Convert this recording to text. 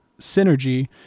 synergy